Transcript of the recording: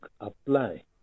apply